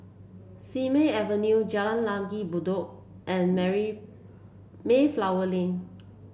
Simei Avenue Jalan Langgar Bedok and marry Mayflower Lane